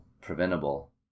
preventable